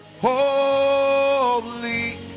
holy